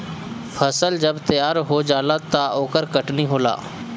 फसल जब तैयार हो जाला त ओकर कटनी होला